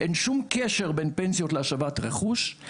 אין שום קשר בין פנסיות להשבת רכוש.